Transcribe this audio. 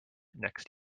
next